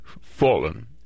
fallen